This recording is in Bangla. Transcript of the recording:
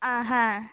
হ্যাঁ